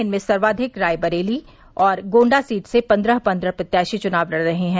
इनमें सर्वाधिक रायबरेली और गोण्डा सीट से पन्द्रह पन्द्रह प्रत्याशी चुनाव लड़ रहें हैं